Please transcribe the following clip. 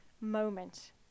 moment